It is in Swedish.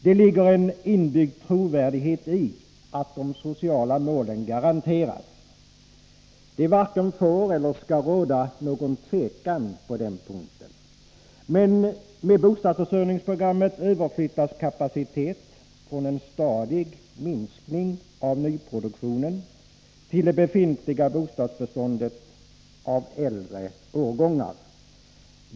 Det ligger en inbyggd trovärdighet i att de sociala målen garanteras. Det varken får eller skall råda någon tvekan på den punkten. Med bostadsförsörjningsprogrammet överflyttas kapacitet från en stadig minskning av nyproduktionen till det befintliga bostadsbeståndet av äldre årgångar.